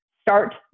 start